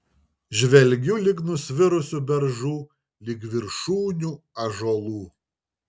žvelgiu lig nusvirusių beržų lig viršūnių ąžuolų